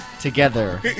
together